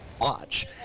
watch